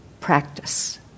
practice